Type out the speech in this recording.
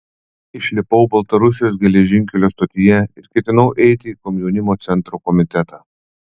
išlipau baltarusijos geležinkelio stotyje ir ketinau eiti į komjaunimo centro komitetą